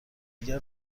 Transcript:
اگر